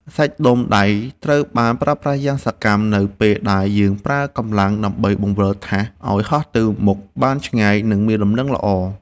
សាច់ដុំដៃត្រូវបានប្រើប្រាស់យ៉ាងសកម្មនៅពេលដែលយើងប្រើកម្លាំងដើម្បីបង្វិលថាសឱ្យហោះទៅមុខបានឆ្ងាយ និងមានលំនឹងល្អ។